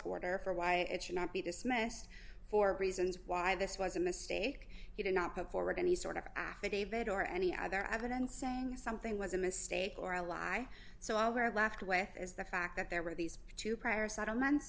order for why it should not be dismissed for reasons why this was a mistake he did not put forward any sort of affidavit or any other evidence saying something was a mistake or a lie so our last way is the fact that there were these two prior settlements